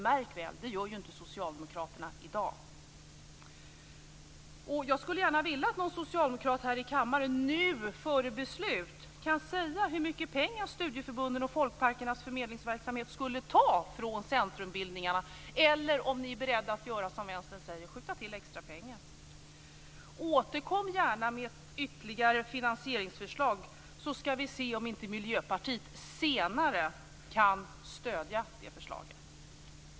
Märk väl: Det gör ju inte socialdemokraterna i dag. Jag skulle vilja att någon socialdemokrat här i kammaren nu, före beslut, ville säga hur mycket pengar studieförbunden och Folkparkernas förmedlingsverksamhet skulle ta från centrumbildningarna eller om ni är beredda att göra som Vänstern säger, skjuta till extra pengar. Återkom gärna med ett ytterligare finansieringsförslag, så skall vi se om inte Miljöpartiet senare kan stödja det förslaget.